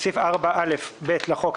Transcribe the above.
בסעיף 4א(ב) לחוק,